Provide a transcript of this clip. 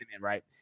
right